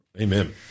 Amen